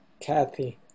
Kathy